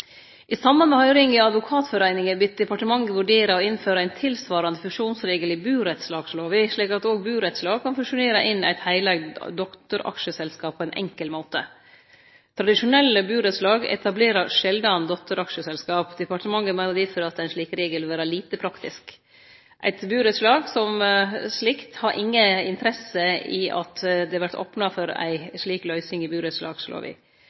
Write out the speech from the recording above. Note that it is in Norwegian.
I samband med høyringa har Advokatforeningen bede departementet vurdere å innføre ein tilsvarande fusjonsregel i burettslagslova, slik at også burettslag kan fusjonere inn eit heileigd dotteraksjeselskap på ein enkel måte. Tradisjonelle burettslag etablerer sjeldan dotteraksjeselskap. Departementet meiner difor at ein slik regel vil vere lite praktisk. Eit burettslag i seg sjølv har inga interesse av at det vert opna for ei slik løysing i